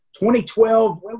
2012